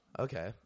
Okay